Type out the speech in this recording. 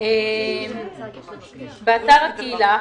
באתר הקהילה,